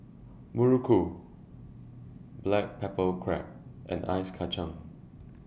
Muruku Black Pepper Crab and Ice Kachang